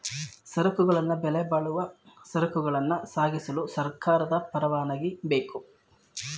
ಸರಕುಗಳನ್ನು ಬೆಲೆಬಾಳುವ ಸರಕುಗಳನ್ನ ಸಾಗಿಸಲು ಸರ್ಕಾರದ ಪರವಾನಗಿ ಬೇಕು